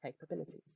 capabilities